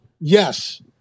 Yes